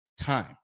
Time